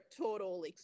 total